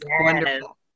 wonderful